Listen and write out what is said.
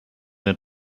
den